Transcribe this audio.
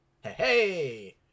Hey